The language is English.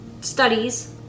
studies